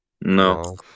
No